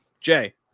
Jay